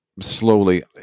slowly